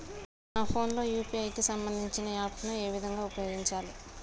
నా ఫోన్ లో యూ.పీ.ఐ కి సంబందించిన యాప్ ను ఏ విధంగా ఉపయోగించాలి?